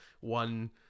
one